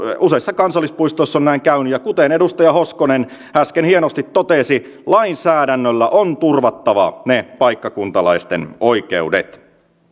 useissa kansallispuistoissa on näin käynyt ja kuten edustaja hoskonen äsken hienosti totesi lainsäädännöllä on turvattava ne paikkakuntalaisten oikeudet